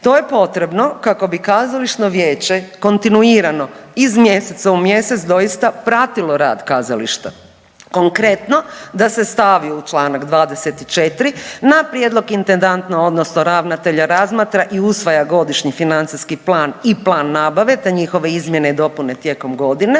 To je potrebno kako bi kazališno vijeće kontinuirano iz mjeseca u mjeseca doista pratilo rad kazališta. Konkretno, da se stavi u čl. 24. na prijedlog intendanta odnosno ravnatelja razmatra i usvaja godišnji financijski plan i plan nabave te njihove izmjene i dopune tijekom godine